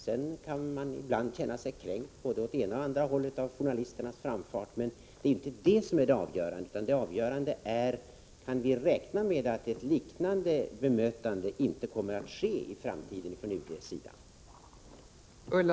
Sedan kan man ibland känna sig kränkt på både det ena och det andra sättet genom journalisternas framfart. Men det är inte detta som är det avgörande, utan det avgörande är: Kan vi räkna med att ett liknande bemötande inte kommer att ske i framtiden från UD:s sida?